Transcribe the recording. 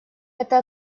эта